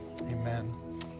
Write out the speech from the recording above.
Amen